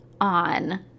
on